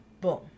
Boom